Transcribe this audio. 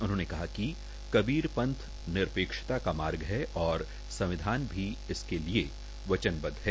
उ ह ने कहा क कबीर पंथ नरपे ता का माग है और सं वधान भी इसके लए वचनब व है